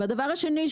והדבר השני,